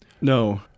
no